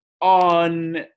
on